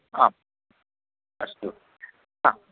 आम् अस्तु ह